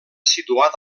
situat